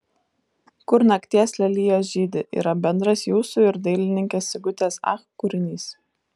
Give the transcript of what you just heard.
kur nakties lelijos žydi yra bendras jūsų ir dailininkės sigutės ach kūrinys